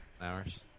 Hours